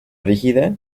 rígida